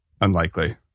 unlikely